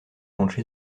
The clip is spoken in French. comptes